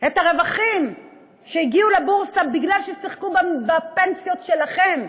את הרווחים שהגיעו לבורסה מפני ששיחקו בפנסיות שלכם,